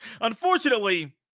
Unfortunately